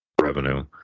revenue